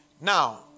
Now